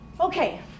Okay